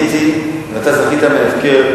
אתה זכית מההפקר